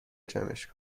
جمعش